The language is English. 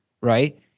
right